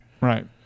right